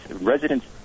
residents